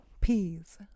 peas